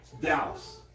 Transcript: Dallas